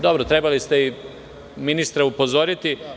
Dobro, trebali ste i ministra upozoriti.